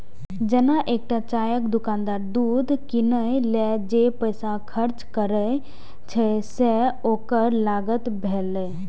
जेना एकटा चायक दोकानदार दूध कीनै लेल जे पैसा खर्च करै छै, से ओकर लागत भेलै